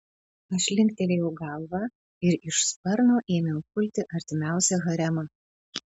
aš linktelėjau galvą ir iš sparno ėmiau pulti artimiausią haremą